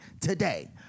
today